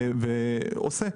והוא עושה.